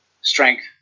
strength